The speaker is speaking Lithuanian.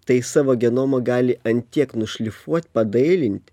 tai savo genomą gali ant tiek nušlifuot padailint